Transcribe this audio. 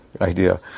idea